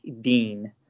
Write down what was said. Dean